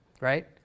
right